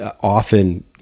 often